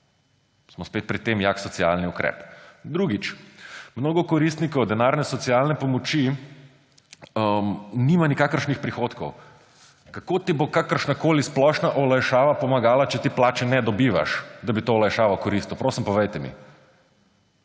Smo spet pri tem, jak socialni ukrep. Drugič. Mnogo koristnikov denarne socialne pomoči nima nikakršnih prihodkov. Kako ti bo kakršnakoli splošna olajšava pomagala, če ti plače ne dobivaš, da bi to olajšavo koristil? Prosim, povejte mi.